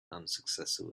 unsuccessful